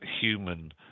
human